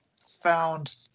found